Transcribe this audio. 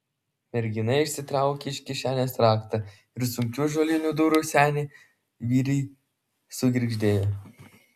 mergina išsitraukė iš kišenės raktą ir sunkių ąžuolinių durų seni vyriai sugirgždėjo